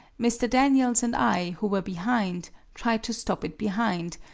mr. daniels and i, who were behind, tried to stop it behind,